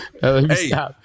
Hey